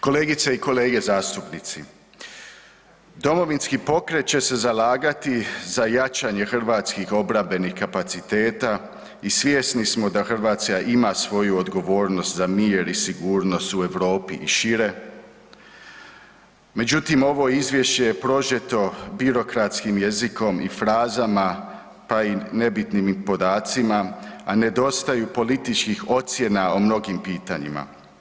Kolegice i kolege zastupnici, Domovinski pokret će se zalagati za jačanje hrvatskih obrambenih kapaciteta i svjesni smo da Hrvatska ima svoju odgovornost za mir i sigurnost u Europi i šire, međutim, ovo Izvješće je prožete birokratskim jezikom i frazama pa i nebitnim podacima, a nedostaju političkih ocjena o mnogim pitanjima.